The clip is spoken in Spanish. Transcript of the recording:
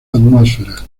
atmósfera